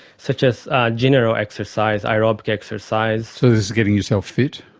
such as general exercise, aerobic exercise. so this is getting yourself fit.